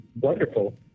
wonderful